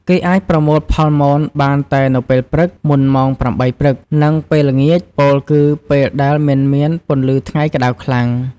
គេអាចប្រមូលផលមនបានតែនៅពេលព្រឹក មុនម៉ោង៨ព្រឹក និងពេលល្ងាច ពោលគឺពេលដែលមិនមានពន្លឺថ្ងៃក្ដៅខ្លាំង។